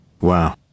Wow